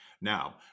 Now